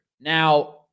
Now